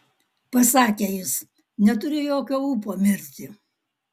pasakė jis neturiu jokio ūpo mirti